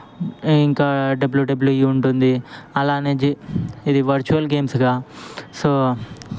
ఇంకా డబ్ల్యూడబ్ల్యూఈ ఉంటుంది అలానే జీ ఇది వర్చువల్ గేమ్స్ కదా సో